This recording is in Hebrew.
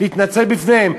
להתנצל בפניהם.